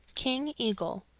king eagle.